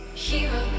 Hero